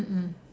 mm mm